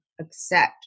accept